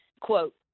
quote